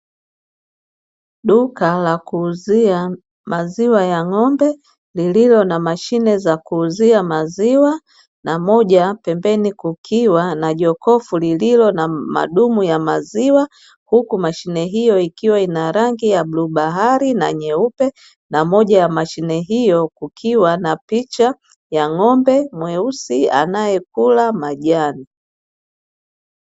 Duka la kuuzia maziwa ya ng'ombe lililo na mashine za kuuzia maziwa na moja pembeni kukiwa na jokofu lililo na madumu ya maziwa huku mashine hiyo ikiwa ina rangi ya bluu bahari na nyeupe na moja ya mashine hiyo kukiwa na picha ya ng'ombe mweusi anaekula majani.